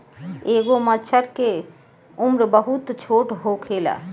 एगो मछर के उम्र बहुत छोट होखेला